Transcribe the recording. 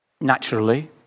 naturally